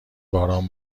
باران